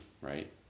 right